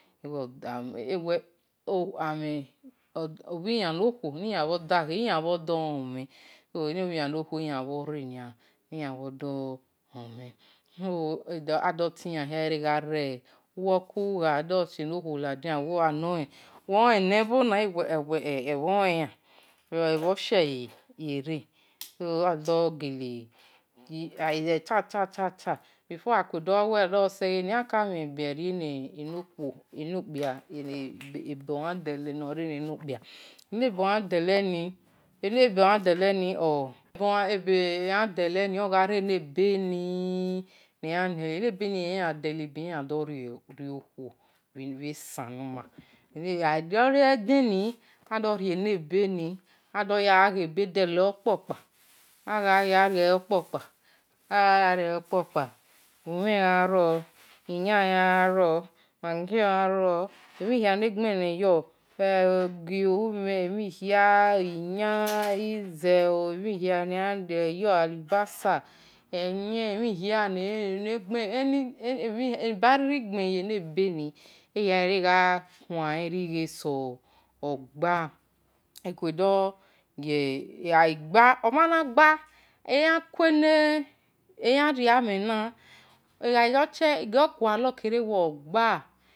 obhiyen no khuo niyan bhodaghe eyando so eno bhiyan no khuo eyan renia dho lopuhen so ado tiyan hia gha ri-ugha-gha ado nun uwe ohen elemhona atatata before akue doh ta akamhen ebe enokpia hia dele, abeyan deleni ogha re-eleben, eni ebeni oyan ya dele-ebe yan ya rio-khuo bhe esan no-ma so ogha do-re-edeni eni ebeni akhia yan ghe bedele okpo-kpa, agha riele okpo-kpan umhen khian gho ro maggi, ogi oo emhin hia ize oo, alubasa ehien eba-riri gben ye-ehebeni ahia gha khuan ren righe so gba ega-gba, omhan na gbe eyan kue hore-amhen na agha-fi do-gualor kere ogba.